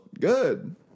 good